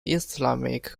islamic